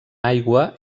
aigua